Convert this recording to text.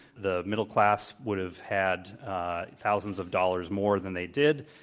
the middle class would have had thousands of dollars more than they did,